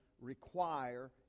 require